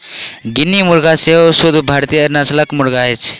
guinea मुर्गा सेहो शुद्ध भारतीय नस्लक मुर्गा अछि